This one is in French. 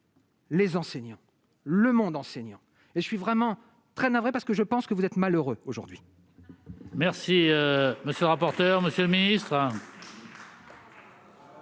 Les enseignants, le monde enseignant et je suis vraiment très navré parce que je pense que vous êtes malheureux aujourd'hui. Merci, monsieur le rapporteur, monsieur le ministre.